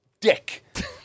dick